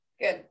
good